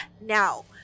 Now